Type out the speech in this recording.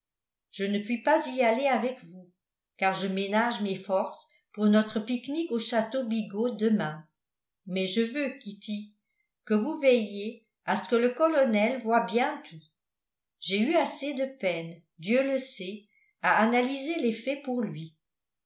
je ne puis pas y aller avec vous car je ménage mes forces pour notre pique-nique au château bigot demain mais je veux kitty que vous veilliez à ce que le colonel voie bien tout j'ai eu assez de peine dieu le sait à analyser les faits pour lui